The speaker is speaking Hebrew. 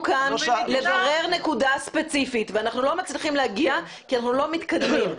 כאן לברר נקודה ספציפית ואנחנו לא מצליחים להגיע כי אנחנו לא מתקדמים.